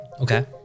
Okay